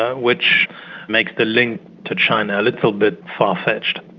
ah which makes the link to china a little bit far fetched.